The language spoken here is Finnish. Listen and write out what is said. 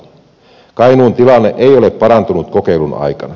kainuun tilanne ei ole parantunut kokeilun aikana